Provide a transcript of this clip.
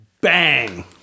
Bang